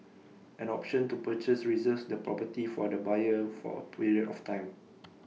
an option to purchase reserves the property for the buyer for A period of time